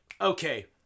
okay